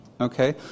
Okay